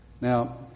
Now